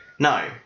No